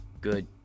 good